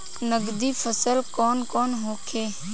नकदी फसल कौन कौनहोखे?